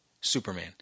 Superman